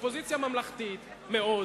אופוזיציה ממלכתית מאוד,